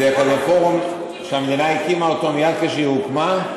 זה פורום כזה שהמדינה הקימה אותו מייד כשהיא הוקמה.